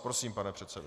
Prosím, pane předsedo.